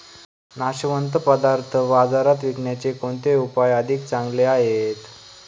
नाशवंत पदार्थ बाजारात विकण्याचे कोणते उपाय अधिक चांगले आहेत?